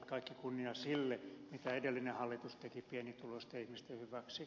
kaikki kunnia sille mitä edellinen hallitus teki pienituloisten ihmisten hyväksi